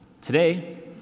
Today